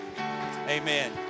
Amen